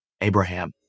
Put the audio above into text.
Abraham